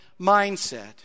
mindset